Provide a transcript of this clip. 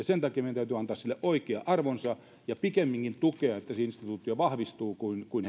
sen takia meidän täytyy antaa sille oikea arvonsa ja pikemminkin tukea sitä että se instituutio vahvistuu kuin kuin